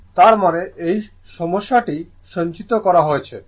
তার মানে এই সমস্যাটি সংজ্ঞায়িত করা হয়েছে